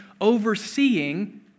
overseeing